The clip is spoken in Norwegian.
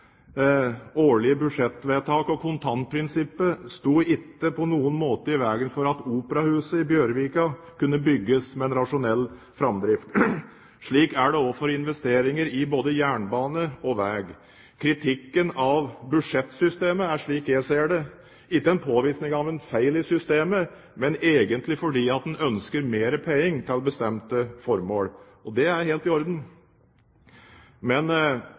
på noen måte i vegen for at operahuset i Bjørvika kunne bygges med en rasjonell framdrift. Slik er det også for investeringer i både jernbane og veg. Kritikken av budsjettsystemet er, slik jeg ser det, ikke en påvisning av en feil i systemet, men egentlig ønsker om mer penger til bestemte formål. Det er helt i orden, men